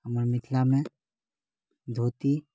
हमर मिथिलामे धोती